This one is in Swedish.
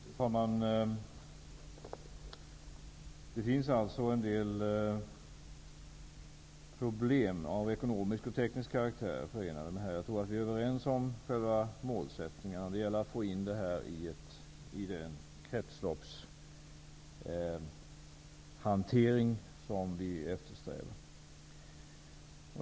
Fru talman! Det finns alltså en del problem av ekonomisk och teknisk karaktär förenade med detta. Jag tror att vi är överens om själva målsättningen, att det gäller att få in alltsammans i den kretsloppshantering som vi eftersträvar.